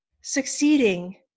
succeeding